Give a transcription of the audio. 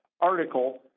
article